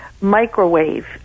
Microwave